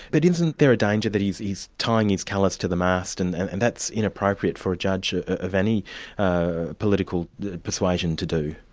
but isn't there a danger that he's he's tying his colours to the mast, and and and that's inappropriate for a judge of any political persuasion to do?